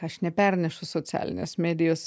aš nepernešu socialinės medijos